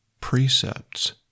precepts